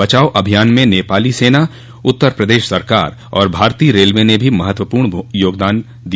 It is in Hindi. बचाव अभियान में नेपाली सेना उत्तर प्रदेश सरकार और भारतीय रेलवे न भी महत्वपूर्ण योगदान दिया